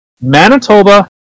Manitoba